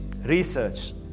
Research